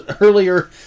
earlier